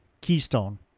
keystone